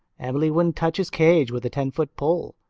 emily wouldn't touch his cage with a ten-foot pole.